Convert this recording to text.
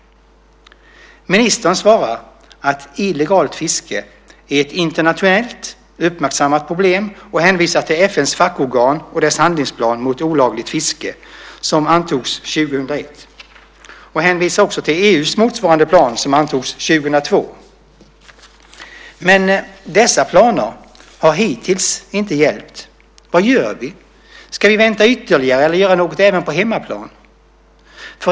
Ministern svarar att illegalt fiske är ett internationellt uppmärksammat problem och hänvisar till FN:s fackorgan och dess handlingsplan mot olagligt fiske som antogs 2001. Ministern hänvisar också till EU:s motsvarande plan som antogs 2002. Dessa planer har hittills inte hjälpt. Vad gör vi? Ska vi vänta ytterligare eller ska vi göra något även på hemmaplan?